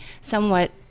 somewhat